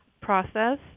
process